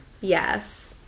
Yes